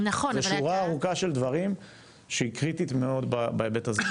זו שורה ארוכה של דברים שהיא קריטית מאוד בהיבט הזה.